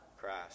Christ